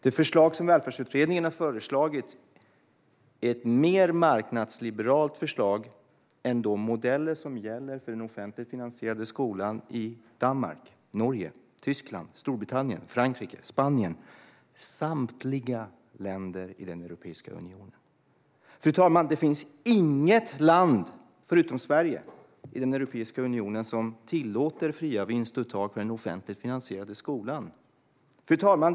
Det förslag som Välfärdsutredningen har föreslagit är ett mer marknadsliberalt förslag än de modeller som gäller för den offentligt finansierade skolan i Danmark, Norge, Tyskland, Storbritannien, Frankrike, Spanien - samtliga länder i Europeiska unionen. Fru talman! Det finns inget land förutom Sverige i Europeiska unionen som tillåter fria vinstuttag i den offentligt finansierade skolan. Fru talman!